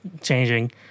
changing